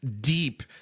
deep